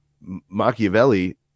Machiavelli